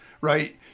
right